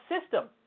system